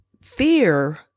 fear